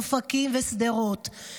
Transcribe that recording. אופקים ושדרות.